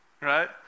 Right